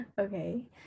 Okay